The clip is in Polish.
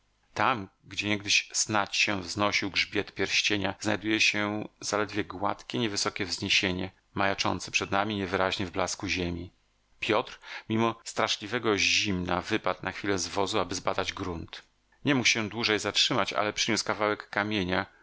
tam gdzie niegdyś snadź się wznosił grzbiet pierścienia znajduje się zaledwie gładkie niewysokie wzniesienie majaczące przed nami niewyraźnie w blasku ziemi piotr mimo straszliwego zimna wypadł na chwilę z wozu aby zbadać grunt nie mógł się dłużej zatrzymać ale przyniósł kawałek kamienia